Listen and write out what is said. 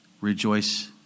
Rejoice